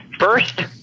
First